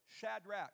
Shadrach